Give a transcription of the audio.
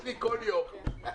אחוזים בגידול ללא כלובים.